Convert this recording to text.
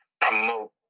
promote